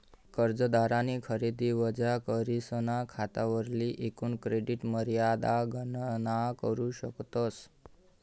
कर्जदारनी खरेदी वजा करीसन खातावरली एकूण क्रेडिट मर्यादा गणना करू शकतस